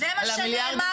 על המיליארד,